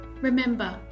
Remember